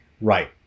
Right